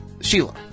Sheila